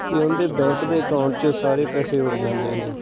ਅਤੇ ਉਹਦੇ ਬੈਂਕ ਦੇ ਅਕਾਊਂਟ 'ਚ ਸਾਰੇ ਪੈਸੇ ਉੜ ਜਾਂਦੇ ਨੇ